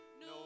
no